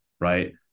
right